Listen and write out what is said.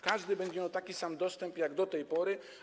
Każdy będzie miał taki sam dostęp jak do tej pory.